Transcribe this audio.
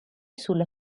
sulla